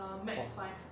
four